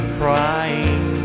crying